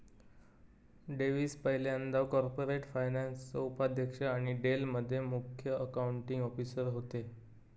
Davis पयल्यांदा corporate फायनान्सचो उपाध्यक्ष आणि डेल मध्ये मुख्य अकाउंटींग ऑफिसर होते